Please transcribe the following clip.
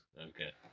okay